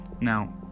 Now